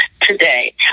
today